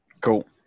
Cool